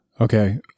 Okay